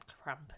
cramp